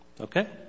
Okay